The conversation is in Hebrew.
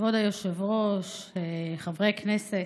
כבוד היושב-ראש, חברי הכנסת,